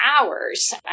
hours